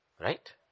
Right